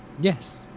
yes